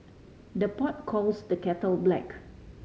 the pot calls the kettle black